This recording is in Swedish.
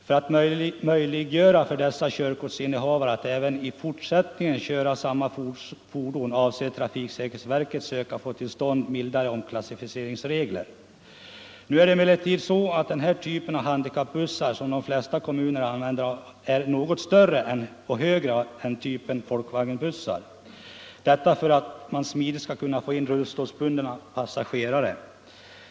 För att möjliggöra för dessa körkortsinnehavare att även i fortsättningen köra samma fordon avser trafiksäkerhetsverket att söka få till stånd mildare omklassificeringsregler. Nu är det emellertid så att den typ av handikappbussar som de flesta konmimuner använder är något större och högre än typen Volkswagenbussar, detta för att man smidigt skall få in rullstolsbundna passagerare.